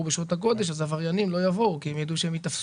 בשעות הגודש אז עבריינים לא יבואו כי הם יידעו שהם ייתפסו,